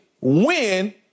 win